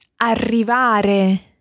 Arrivare